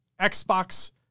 Xbox